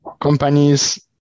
companies